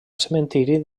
cementiri